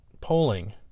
polling